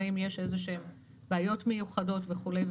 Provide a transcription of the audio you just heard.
אם יש איזה שהן בעיות מיוחדות וכולי,